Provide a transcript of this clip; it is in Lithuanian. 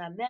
name